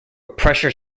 pressure